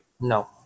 No